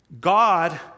God